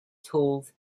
tools